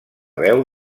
veu